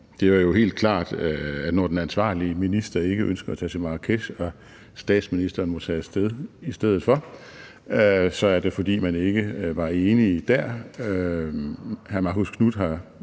Det var jo helt klart, at når den ansvarlige minister ikke ønskede at tage til Marrakesh og statsministeren måtte tage af sted i stedet for, så var det, fordi man ikke var enige der.